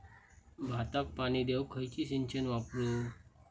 भाताक पाणी देऊक खयली सिंचन वापरू?